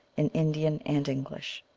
in indian and english.